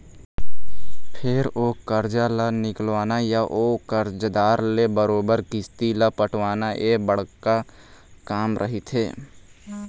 फेर ओ करजा ल निकलवाना या ओ करजादार ले बरोबर किस्ती ल पटवाना ये बड़का काम रहिथे